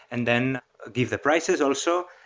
and then give the prices also.